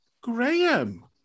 Graham